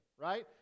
right